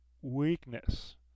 weakness